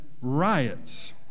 Riots